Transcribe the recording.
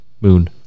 moon